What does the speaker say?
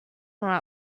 from